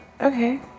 Okay